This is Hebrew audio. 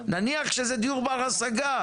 נניח שזה דיור בר השגה,